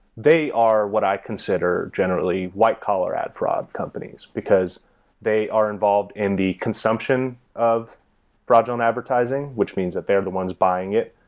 they are what i consider generally white collar ad fraud companies, they are involved in the consumption of fraudulent advertising, which means that they are the ones buying it.